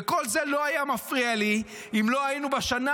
וכל זה לא היה מפריע לי אם לא היינו בשנה